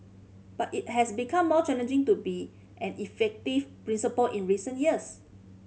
but it has become more challenging to be an effective principal in recent years